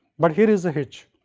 but here is a hitch,